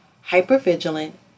hyper-vigilant